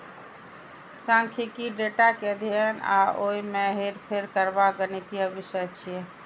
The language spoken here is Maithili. सांख्यिकी डेटा के अध्ययन आ ओय मे हेरफेर करबाक गणितीय विषय छियै